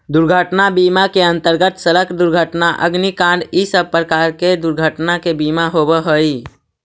दुर्घटना बीमा के अंतर्गत सड़क दुर्घटना अग्निकांड इ सब प्रकार के दुर्घटना के बीमा होवऽ हई